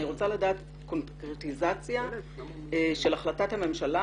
אני רוצה לדעת קונקרטיזציה של החלטת הממשלה,